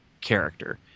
character